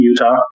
Utah